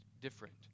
different